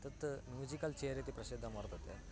तत् musical chair इति प्रसिद्धं वर्तते